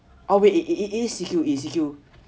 eh wait it is C_Q is C_Q